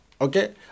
okay